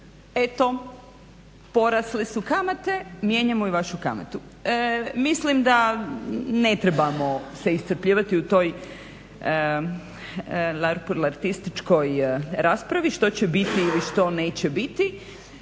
Eto porasle su kamate mijenjamo i vašu kamatu. Mislim da se ne trebamo iscrpljivati u toj larpurlartističkoj raspravi što će biti ili što neće biti